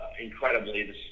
incredibly